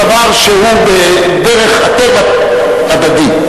שוויון הוא דבר שבדרך הטבע הוא הדדי.